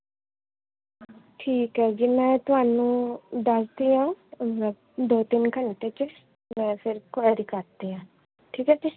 ਠੀਕ ਹੈ ਜੀ ਮੈਂ ਤੁਹਾਨੂੰ ਦੱਸਦੀ ਹਾਂ ਦੋ ਤਿੰਨ ਘੰਟੇ 'ਚ ਜਾਂ ਫਿਰ ਕੁਆਰੀ ਕਰਦੀ ਹਾਂ ਠੀਕ ਹੈ ਜੀ